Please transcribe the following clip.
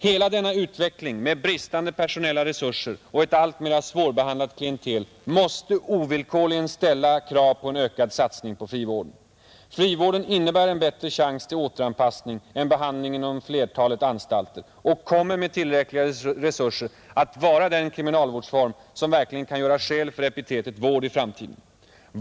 Hela denna utveckling med bristande personella resurser och ett alltmer svårbehandlat klientel måste ovillkorligen ställa krav på en ökad satsning på frivården. Frivården innebär en bättre chans till återanpassning än behandlingen inom flertalet anstalter och kommer med tillräckliga resurser att vara den kriminalvårdsform som i framtiden verkligen kan göra skäl för epitetet vård.